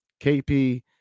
KP